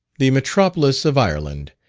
the metropolis of ireland,